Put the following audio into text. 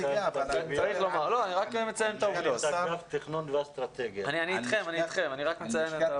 נציגה -- אני איתכם, אני רק מציין את העובדות.